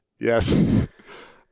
Yes